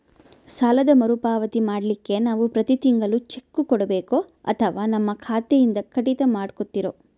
ಸಾಲದ ಮರುಪಾವತಿ ಮಾಡ್ಲಿಕ್ಕೆ ನಾವು ಪ್ರತಿ ತಿಂಗಳು ಚೆಕ್ಕು ಕೊಡಬೇಕೋ ಅಥವಾ ನಮ್ಮ ಖಾತೆಯಿಂದನೆ ಕಡಿತ ಮಾಡ್ಕೊತಿರೋ?